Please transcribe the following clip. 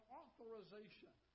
authorization